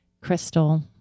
Crystal